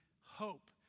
hope